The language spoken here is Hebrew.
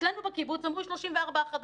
אצלנו בקיבוץ אמרו 34 חדרים,